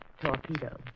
torpedo